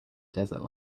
desert